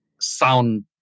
sound